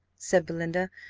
said belinda,